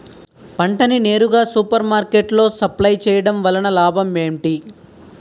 పంట ని నేరుగా సూపర్ మార్కెట్ లో సప్లై చేయటం వలన లాభం ఏంటి?